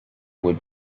would